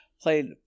played